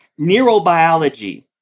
neurobiology